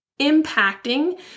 impacting